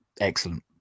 excellent